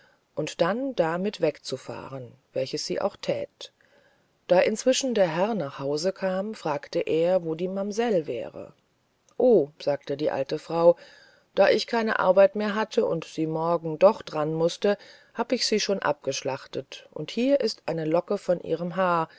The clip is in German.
und dann da mit weg zu fahren welches sie auch thät da inzwischen der herr nach haus kam fragte er wo die mamsell wäre o sagte die alte frau da ich keine arbeit mehr hatte und sie morgen doch dran mußte hab ich sie schon geschlachtet und hier ist eine locke von ihrem haar